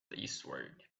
eastward